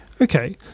Okay